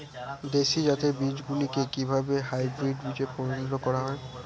দেশি জাতের বীজগুলিকে কিভাবে হাইব্রিড বীজে পরিণত করা হয়?